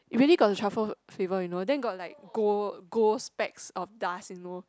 really got the truffle flavour you know then got like gold gold specks of dust you know